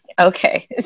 Okay